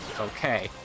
Okay